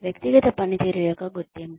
వ్యక్తిగత పనితీరు యొక్క గుర్తింపు